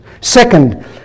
second